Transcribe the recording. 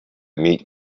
meet